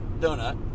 donut